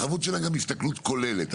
החבות שלהם היא גם הסתכלות כוללת.